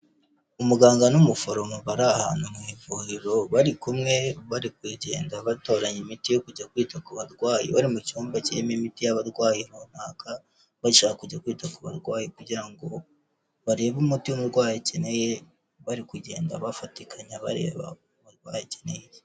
Umuganga n'umuforomo bari ahantu mu ivuriro bari kumwe bari kugenda batoranya imiti yo kujya kwita ku barwayi bari mu cyumba kirimo imiti y'abarwayi runaka, bashaka kujya kwita ku barwayi kugira ngo barebe umuti umumurwayi akeneye, bari kugenda bafatikanya bareba umurwayi akeneye iki.